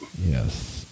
Yes